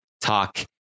talk